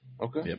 Okay